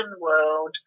world